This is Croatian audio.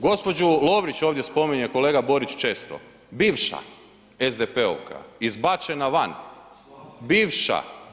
Gospođu Lovrić ovdje spominje kolega Borić često, bivša SDP-ovka izbačena van, bivša.